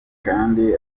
kandi